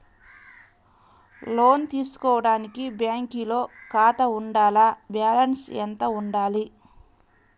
లోను తీసుకోవడానికి బ్యాంకులో ఖాతా ఉండాల? బాలన్స్ ఎంత వుండాలి?